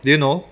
do you know